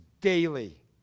daily